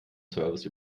service